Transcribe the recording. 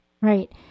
right